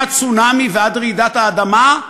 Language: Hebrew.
מהצונאמי ועד רעידת האדמה,